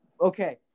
okay